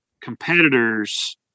competitors